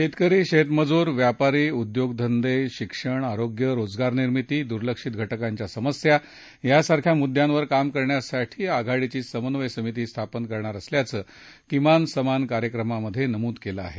शेतकरी शेतमजूर व्यापारी उद्योगधंदे शिक्षण आरोग्य रोजगार निर्मिती दुर्लक्षित घटकांच्या समस्या यासारख्या मुद्यांवर काम करण्यासाठी आघाडीची समन्वय समिती स्थापन करणार असल्याचं किमान समान कार्यक्रमात नमूद क्लि आहे